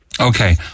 Okay